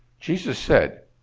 jesus said